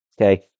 Okay